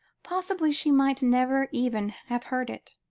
possibly, she might never even have heard it,